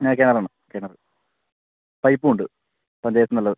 ആ കിണറുണ്ട് കിണർ പൈപ്പും ഉണ്ട് പഞ്ചായത്തിൽ നിന്നുള്ളതാണ്